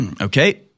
Okay